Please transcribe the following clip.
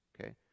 okay